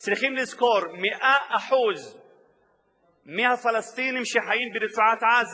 צריכים לזכור: 100% הפלסטינים שחיים ברצועת-עזה